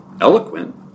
eloquent